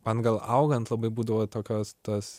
man gal augant labai būdavo tokios tas